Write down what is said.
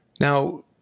Now